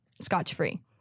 scotch-free